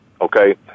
okay